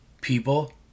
people